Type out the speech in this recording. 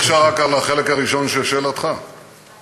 תחזור בבקשה רק על החלק הראשון של שאלתך, לגבי?